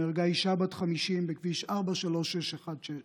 נהרגה אישה בת 50 בכביש 4316,